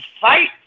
fight